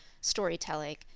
storytelling